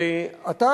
ואתה,